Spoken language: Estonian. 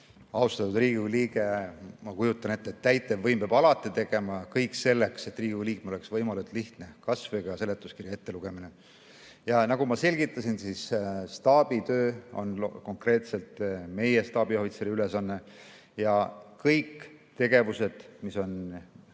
Austatud Riigikogu liige! Ma kujutan ette, et täitevvõim peab alati tegema kõik selleks, et Riigikogu liikmel oleks võimalikult lihtne, kasvõi seletuskirja ette lugema. Nagu ma selgitasin, siis staabitöö on konkreetselt meie staabiohvitseri ülesanne ja kõik tegevused, mis on